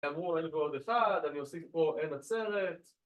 ‫אמרו, N ועוד אחד, ‫אני עושה פה N! .